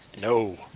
No